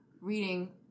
reading